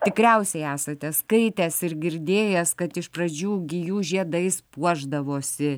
tikriausiai esate skaitęs ir girdėjęs kad iš pradžių gijų žiedais puošdavosi